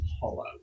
hollow